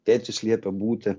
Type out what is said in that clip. tėtis liepė būti